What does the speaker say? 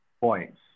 points